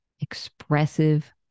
expressive